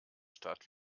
stadt